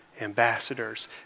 ambassadors